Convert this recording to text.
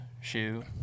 shoe